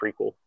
prequel